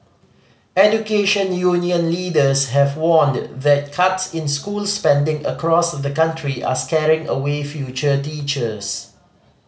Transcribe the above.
education union leaders have warned that cuts in school spending across the country are scaring away future teachers